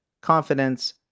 confidence